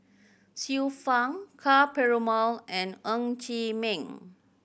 Xiu Fang Ka Perumal and Ng Chee Meng